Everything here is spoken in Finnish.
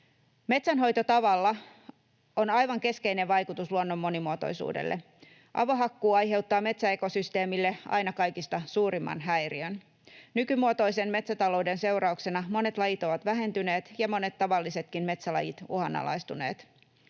Metsänhoitotavalla on aivan keskeinen vaikutus luonnon monimuotoisuudelle. Avohakkuu aiheuttaa metsäekosysteemille aina kaikista suurimman häiriön. Nykymuotoisen metsätalouden seurauksena monet lajit ovat vähentyneet ja monet tavallisetkin metsälajit uhanalaistuneet.